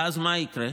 ואז מה יקרה,